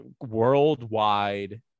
worldwide